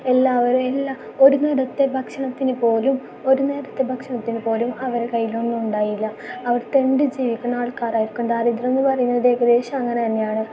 എല്ലാവരെയും എല്ലാം ഒരു നേരത്തെ ഭക്ഷണത്തിന് പോലും ഒരു നേരത്തെ ഭക്ഷണത്തിനു പോലും അവരെ കയ്യിൽ ഒന്നുണ്ടായില്ല അവർ തെണ്ടി ജീവിക്കുന്ന ആൾക്കാരായിരിക്കും ദാരിദ്ര്യം എന്നു പറയുന്നത് ഏകദേശം അങ്ങനെ തന്നെയാണ്